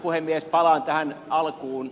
palaan tähän alkuun